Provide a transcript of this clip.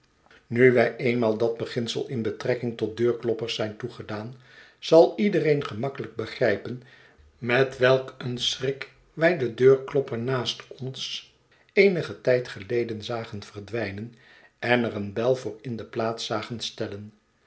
nu wij eenmaal dat beginsel in betrekking tot deurkloppers zijn toegedaan zal iedereen gemakkelijk begrijpen met welk een schrik wij den deurklopper naast ons eenigen tijd geleden zagen verdwijnen en er een bel voor in de plaats zagen steilen